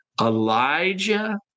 elijah